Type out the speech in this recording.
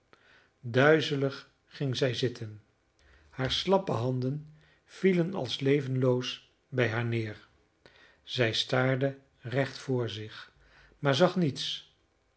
duizelig ging zij zitten hare slappe handen vielen als levenloos bij haar neer zij staarde recht voor zich maar zag niets